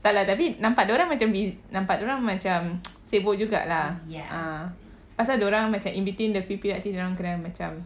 tak lah tapi nampak dorang macam nampak dorang macam sibuk juga lah ah pasal dorang macam in between the free period dorang kena macam